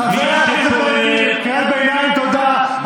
חבר הכנסת קרעי, תודה.